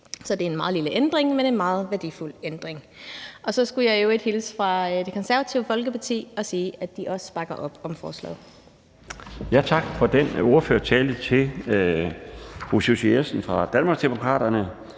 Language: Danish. Så det er en meget lille ændring, men en meget værdifuld ændring. Så skal jeg i øvrigt hilse fra Det Konservative Folkeparti og sige, at de også bakker op om forslaget. Kl. 17:09 Den fg. formand (Bjarne Laustsen): Tak til fru Susie Jessen fra Danmarksdemokraterne